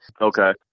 Okay